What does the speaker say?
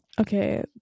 Okay